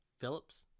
Phillips